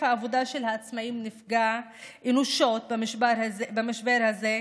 העבודה של העצמאים נפגע אנושות במשבר הזה,